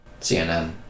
CNN